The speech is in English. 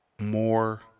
more